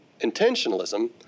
intentionalism